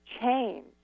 change